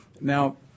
Now